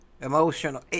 emotional